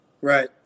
Right